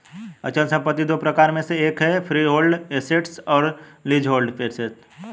अचल संपत्ति दो प्रकारों में से एक है फ्रीहोल्ड एसेट्स और लीजहोल्ड एसेट्स